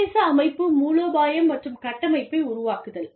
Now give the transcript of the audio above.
சர்வதேச அமைப்பு மூலோபாயம் மற்றும் கட்டமைப்பை உருவாக்குதல்